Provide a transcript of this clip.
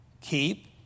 keep